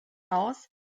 aus